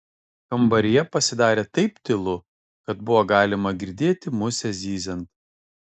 kambaryje pasidarė taip tylu kad buvo galima girdėti musę zyziant